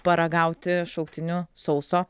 paragauti šauktinių sauso